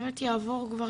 באמת יעבור כבר,